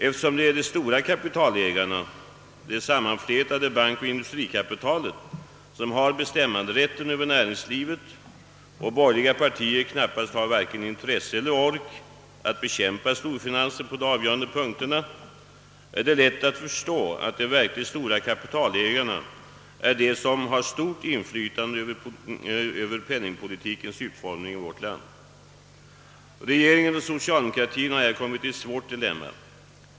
Eftersom det är de stora kapitalägarna, det sammanflätade bankoch industrikapitalet, som har bestämmanderätten över näringslivet, och eftersom borgerliga partier knappast har varken intresse eller ork att bekämpa storfinansen på de avgörande punkterna är det lätt att förstå att de verkligt stora kapitalägarna är de som har stort inflytande över penningpolitikens utformning i vårt land. Regeringen och <socialdemokratien har på denna punkt råkat i ett svårt dilemma.